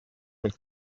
mit